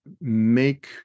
make